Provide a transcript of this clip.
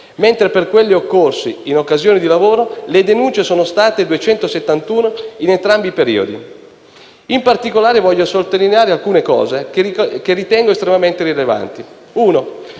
mentre per quelli occorsi «in occasione di lavoro» le denunce sono state 271 in entrambi i periodi. In particolare voglio sottolineare alcune cose che ritengo estremamente rilevanti: